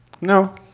No